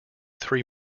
three